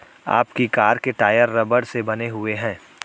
आपकी कार के टायर रबड़ से बने हुए हैं